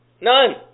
None